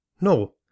No